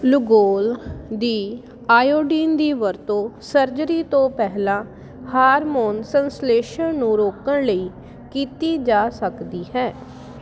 Lugol ਦੀ iodine ਦੀ ਵਰਤੋਂ ਸਰਜਰੀ ਤੋਂ ਪਹਿਲਾਂ ਹਾਰਮੋਨ ਸੰਸਲੇਸ਼ਨ ਨੂੰ ਰੋਕਣ ਲਈ ਕੀਤੀ ਜਾ ਸਕਦੀ ਹੈ